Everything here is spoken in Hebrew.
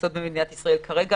לעשות בישראל כרגע.